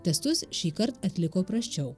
testus šįkart atliko prasčiau